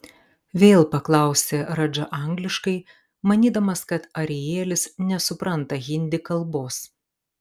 vėl paklausė radža angliškai manydamas kad arielis nesupranta hindi kalbos